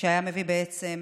שהיו מביאים בעצם